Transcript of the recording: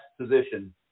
position